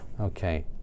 Okay